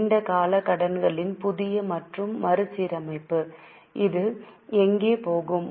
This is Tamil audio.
நீண்ட கால கடன்களின் புதிய மற்றும் மறுசீரமைப்பு அது எங்கே போகும்